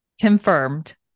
Confirmed